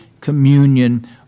communion